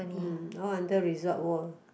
mm all under Resort World